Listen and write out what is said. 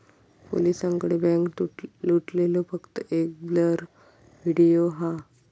पोलिसांकडे बॅन्क लुटलेलो फक्त एक ब्लर व्हिडिओ हा